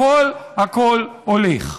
הכול הכול הולך.